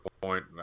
point